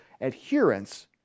adherence